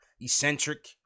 eccentric